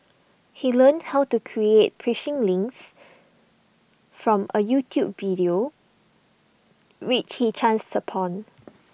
he learned how to create phishing links from A YouTube video which he chanced upon